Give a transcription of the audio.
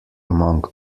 among